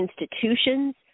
institutions